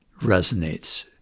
resonates